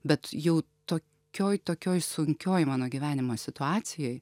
bet jau tokioj tokioj sunkioj mano gyvenimo situacijoj